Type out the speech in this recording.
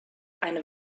eine